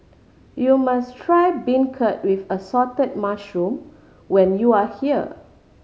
you must try beancurd with assorted mushroom when you are here